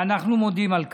ואנחנו מודים על כך.